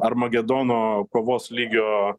armagedono kovos lygio